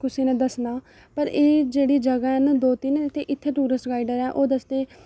कुसै ने दस्सना पर एह् जेहड़ी जगह है ना दो तिन इत्थै टूरिस्ट गाइड़ ऐ ओह् दसदे